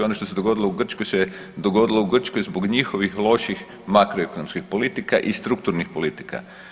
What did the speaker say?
Ono što se dogodilo u Grčkoj se dogodilo u Grčkoj zbog njihovih loših makroekonomskih politika i strukturnih politika.